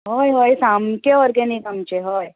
हय हय सामके ऑर्गेनीक आमचे हय